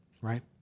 right